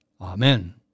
Amen